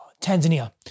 Tanzania